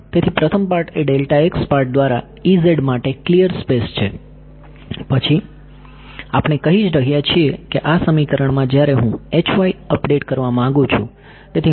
તેથી પ્રથમ પાર્ટ એ પાર્ટ દ્વારા માટે ક્લિયર સ્પેસ છે પછી આપણે કહી રહ્યા છીએ કે આ સમીકરણમાં જ્યારે હું અપડેટ કરવા માંગુ છું